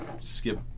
skip